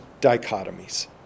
dichotomies